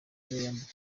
yambikwa